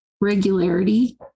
regularity